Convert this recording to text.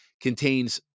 contains